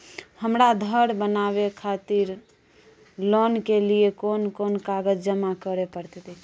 हमरा धर बनावे खातिर लोन के लिए कोन कौन कागज जमा करे परतै?